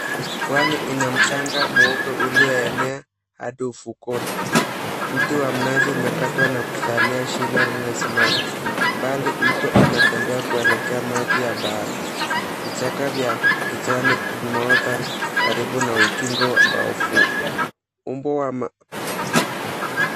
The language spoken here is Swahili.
Pwani ina mchanga mweupe ulioenea hadi ufukoni. Mti wa mnazi umekatwa na kusalia shina lililisimama. Mbali mtu anatembea kuelekea maji ya bahari. Vichaka vya kijani vimeota karibu na ukingo wa ufuo.